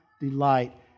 delight